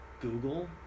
Google